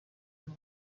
nord